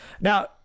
now